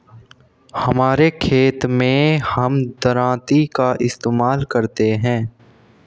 हमारे खेत मैं हम दरांती का इस्तेमाल करते हैं